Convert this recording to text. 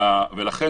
ולכן